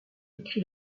écrit